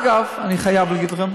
אגב, אני חייב להגיד לכם